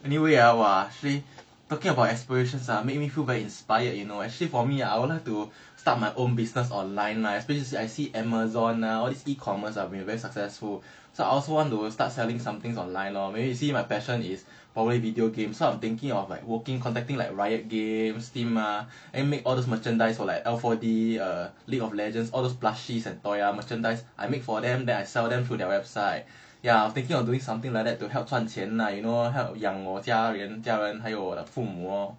anyway ah !wah! actually talking about aspirations ah make me feel very inspired you know actually for me I would like to start my own business online especially lah I see amazon lah all these e-commerce ah they've been very successful so I also want to will start selling something on line lor maybe you see my passion is probably video game so I'm thinking of like working contacting like riot games steam lah and make all those merchandise or like L four D err league of legends all those plushies and toy ah merchandise I make for them then I sell them through their website ya I was thinking of doing something like that to help 赚钱 lah you know help 养我家人家人还有我的父母 orh